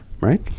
Right